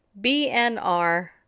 BNR